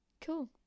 cool